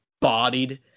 bodied